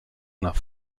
nach